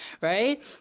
right